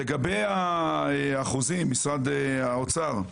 לגבי האחוזים, משרד האוצר,